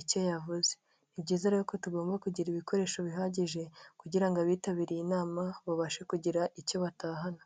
icyo yavuze. Ni byiza rero ko tugomba kugira ibikoresho bihagije kugira ngo abitabirire inama babashe kugira icyo batahana.